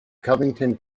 covington